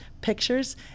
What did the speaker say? pictures